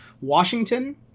Washington